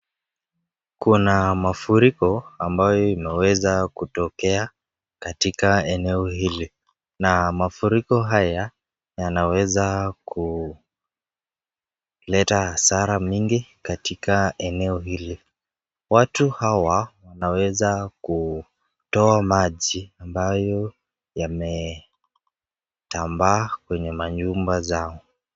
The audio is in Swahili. Kuna mafuriko ambayo imeweza kutokea katika eneo hili. Na mafuriko haya yanaweza kuleta hasara nyingi katika eneo hili. Watu hawa wanaweza kutoa maji ambayo yametambaa kwenye manyumba zao.